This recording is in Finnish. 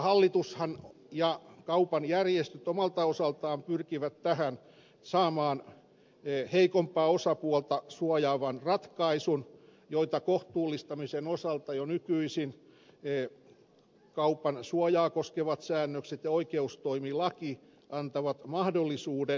hallitus ja kaupan järjestöt omalta osaltaan pyrkivät tähän saamaan heikompaa osapuolta suojaavan ratkaisun johon kohtuullistamisen osalta jo nykyisin kaupan suojaa koskevat säännökset ja oikeustoimilaki antavat mahdollisuuden